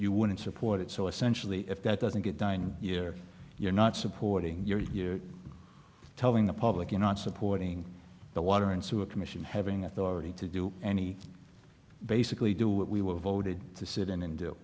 you wouldn't support it so essentially if that doesn't get done you're you're not supporting you're telling the public you not supporting the water and sewer commission having authority to do any basically do what we were voted to sit in and do